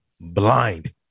blind